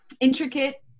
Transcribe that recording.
intricate